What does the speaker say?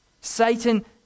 Satan